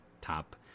top